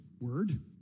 word